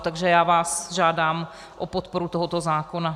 Takže vás žádám o podporu tohoto zákona.